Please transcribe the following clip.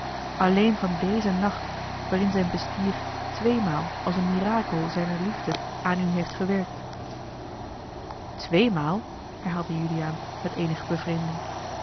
alleen van dezen nacht waarin zijn bestier tweemaal als een mirakel zijner liefde aan u heeft gewerkt tweemaal herhaalde juliaan met eenige bevreemding